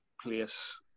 place